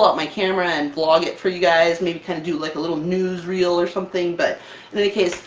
out my camera and vlog it for you guys, maybe kinda do like a little newsreel or something, but in any case,